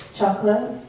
Chocolate